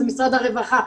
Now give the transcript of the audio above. זה משרד הרווחה.